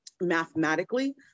mathematically